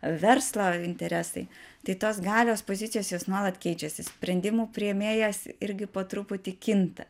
verslo interesai tai tos galios pozicijos jos nuolat keičiasi sprendimų priėmėjas irgi po truputį kinta